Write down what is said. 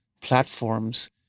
platforms